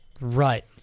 right